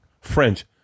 French